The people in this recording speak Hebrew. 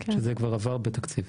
שזה כבר עבר לתקציב.